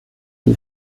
die